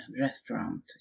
restaurant